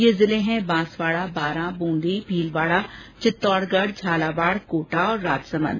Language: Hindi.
ये जिले हैं बांसवाडा बारां ब्रंदी भीलवाडा चित्तौडगढ झालावाड कोटा और राजसमंद